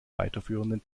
weiterführenden